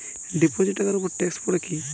Deposit টাকার উপর tax পড়ে কি?